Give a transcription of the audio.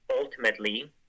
ultimately